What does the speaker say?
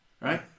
Right